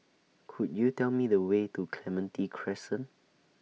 Could YOU Tell Me The Way to Clementi Crescent